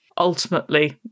ultimately